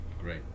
great